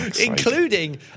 including